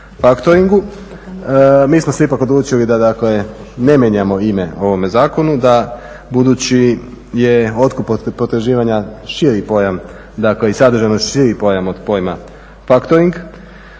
Mi smo se ipak odlučili da dakle ne mijenjamo ime ovome zakonu, da budući je otkup potraživanja širi pojam, dakle i sadržajno širi pojam od pojma faktoring